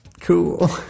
cool